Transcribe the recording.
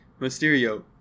Mysterio